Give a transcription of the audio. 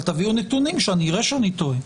אבל תביאו נתונים שאני אראה שאני טועה,